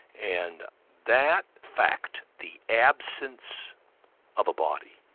and that fact, the absence of a body,